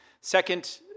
Second